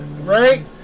Right